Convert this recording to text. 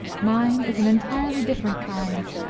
mine is an entirely different kind.